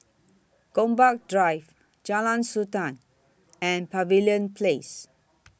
Gombak Drive Jalan Sultan and Pavilion Place